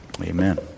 Amen